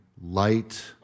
light